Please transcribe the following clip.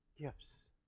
gifts